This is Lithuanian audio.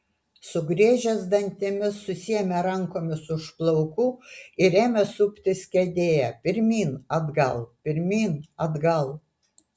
sugriežęs dantimis susiėmė rankomis už plaukų ir ėmė suptis kėdėje pirmyn atgal pirmyn atgal